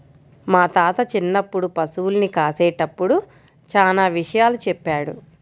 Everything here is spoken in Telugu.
మా తాత చిన్నప్పుడు పశుల్ని కాసేటప్పుడు చానా విషయాలు చెప్పాడు